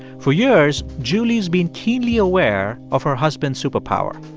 for years, julie's been keenly aware of her husband's super power.